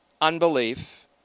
unbelief